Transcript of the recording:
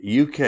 UK